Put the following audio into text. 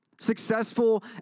successful